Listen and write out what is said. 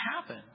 happen